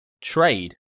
trade